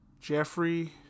Jeffrey